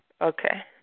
Okay